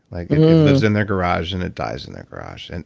like lives in their garage and it dies in their garage. and